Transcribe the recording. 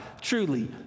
truly